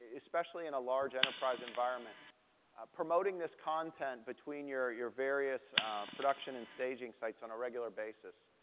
ah especially in a large enterprise environment promoting this content between your your various production and staging sites on a regular basis,